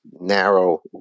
narrow